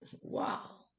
wow